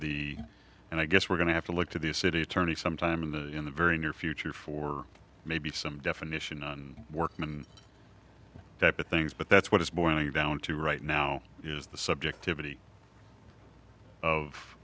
the and i guess we're going to have to look to the city attorney sometime in the in the very near future for maybe some definition and workman type of things but that's what it's boiling down to right now is the subjectivity of